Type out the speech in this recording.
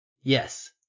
yes